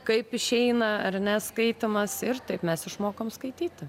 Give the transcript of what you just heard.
kaip išeina ar ne skaitymas ir taip mes išmokom skaityti